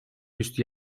üstü